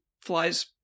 flies